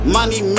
Money